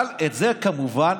אבל את זה כמובן,